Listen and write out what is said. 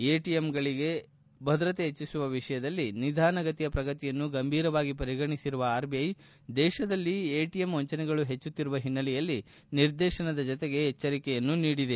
ಎಟಿಎಂಗಳಿಗೆ ಭದ್ರತೆ ಹೆಚ್ಚಿಸುವ ವಿಷಯದಲ್ಲಿ ನಿಧಾನಗತಿಯ ಪ್ರಗತಿಯನ್ನು ಗಂಭೀರವಾಗಿ ಪರಿಗಣಿಸಿರುವ ಆರ್ಬಿಐ ದೇಶದಲ್ಲಿ ಎಟಿಎಂ ವಂಚನೆಗಳು ಹೆಚ್ಚುಕ್ತಿರುವ ಹಿನ್ನೆಲೆಯಲ್ಲಿ ನಿರ್ದೇಶನದ ಜತೆಗೆ ಎಚ್ಚರಿಕೆಯನ್ನು ನೀಡಿದೆ